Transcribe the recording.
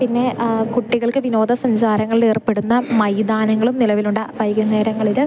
പിന്നെ കുട്ടികൾക്ക് വിനോദസഞ്ചാരങ്ങളിൽ ഏർപ്പെടുന്ന മൈതാനങ്ങളും നിലവിലുണ്ട് വൈകുന്നേരങ്ങളിൽ